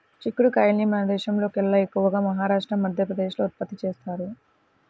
చిక్కుడు కాయల్ని మన దేశంలోకెల్లా ఎక్కువగా మహారాష్ట్ర, మధ్యప్రదేశ్ లో ఉత్పత్తి చేత్తారు